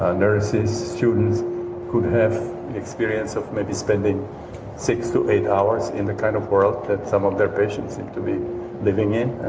ah nurses, students who have experience of maybe spending six to eight hours in the kind of world that some of their patients seem to be living in.